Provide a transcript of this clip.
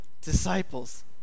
disciples